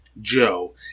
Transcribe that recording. Joe